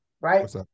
right